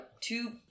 two